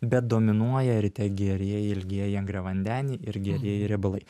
bet dominuoja ir tie gerieji ilgieji angliavandeniai ir gerieji riebalai